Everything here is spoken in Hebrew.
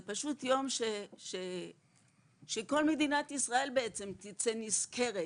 זה פשוט יום שבו כל מדינת ישראל בעצם תצא נשכרת,